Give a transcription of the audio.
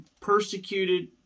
persecuted